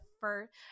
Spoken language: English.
first –